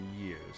years